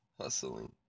hustling